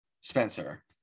Spencer